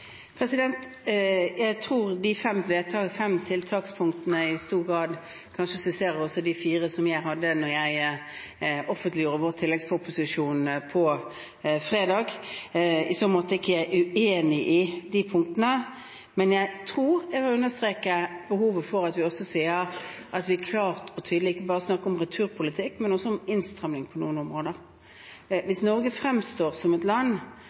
Jeg tror at de fem tiltakspunkene i stor grad kanskje skisserer de fire som jeg også hadde da jeg offentliggjorde vår tilleggsproposisjon på fredag. I så måte er jeg ikke uenig i punktene, men jeg tror jeg vil understreke behovet for at vi også klart og tydelig sier at vi ikke bare snakker om returpolitikk, men også om innstramning på noen områder hvis Norge fremstår som et land